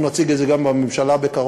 אנחנו נציג את זה גם בממשלה בקרוב,